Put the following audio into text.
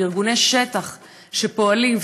וארגוני שטח שפועלים,